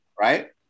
right